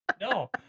No